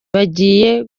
bagiye